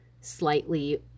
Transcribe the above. slightly